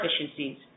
efficiencies